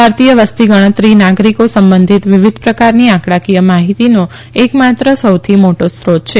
ભારતીય વસ્તી ગણતરી નાગરિકો સંબંધિત વિવિધ પ્રકારની આંકડાકીય માહિતીનો એકમાત્ર સૌથી મોટો સ્રોત છે